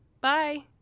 Bye